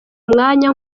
umwanya